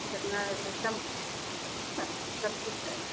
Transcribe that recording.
कुछ अपना सिस्टम सबकुछ है